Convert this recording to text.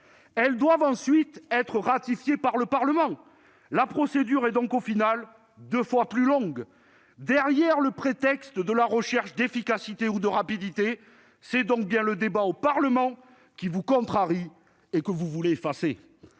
doivent ensuite être ratifiées par le Parlement ; la procédure est donc, au bout du compte, deux fois plus longue ... Derrière le prétexte de la recherche d'efficacité ou de rapidité, c'est donc bien le débat au Parlement qui vous contrarie et que vous voulez empêcher.